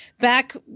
back